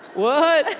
whoa,